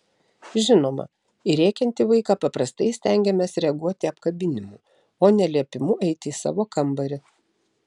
žinoma į rėkiantį vaiką paprastai stengiamės reaguoti apkabinimu o ne liepimu eiti į savo kambarį